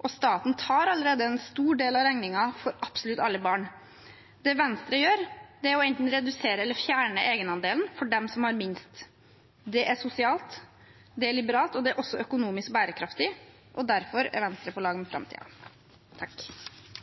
og staten tar allerede en stor del av regningen for absolutt alle barn. Det Venstre gjør, er enten å redusere eller å fjerne egenandelen for dem som har minst. Det er sosialt, det er liberalt, og det er også økonomisk bærekraftig. Derfor er Venstre på lag med